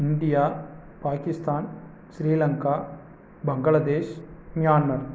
India Pakistan Sri Lanka Bangladesh Myanmar